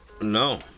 No